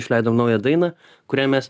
išleidom naują dainą kurią mes